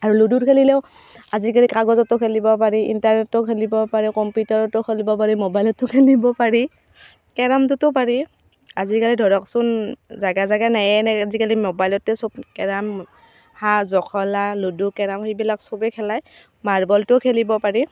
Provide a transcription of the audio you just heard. আৰু লুডু খেলিলেও আজিকালি কাগজতো খেলিব পাৰি ইণ্টাৰনেটতো খেলিব পাৰি কম্পিটাৰতো খেলিব পাৰি মোবাইলতো খেলিব পাৰি কেৰামটোতো পাৰি আজিকালি ধৰকচোন জেগা জেগা নায়েই আজিকালি মোবাইলতে চব কেৰম সা জখলা লুডু কেৰম সেইবিলাক চবে খেলায় মাৰ্বলটোও খেলিব পাৰি